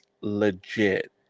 legit